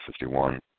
51